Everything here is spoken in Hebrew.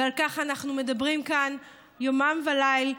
ועל כך אנחנו מדברים כאן יומם וליל,